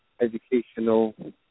educational